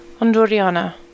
Andoriana